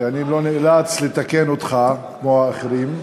כך שאני לא נאלץ לתקן אותך כמו את האחרים.